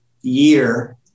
year